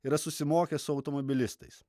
yra susimokęs su automobilistais